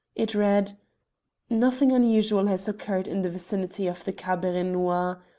it read nothing unusual has occurred in the vicinity of the cabaret noir.